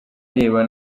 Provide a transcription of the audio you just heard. areba